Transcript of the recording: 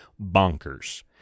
bonkers